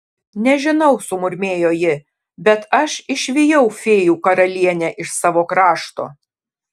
nežinau sumurmėjo ji bet aš išvijau fėjų karalienę iš savo krašto